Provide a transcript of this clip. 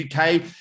UK